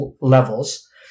levels